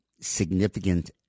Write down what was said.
significant